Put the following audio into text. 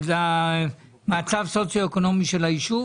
על מצב סוציואקונומי של היישוב?